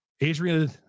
Adrian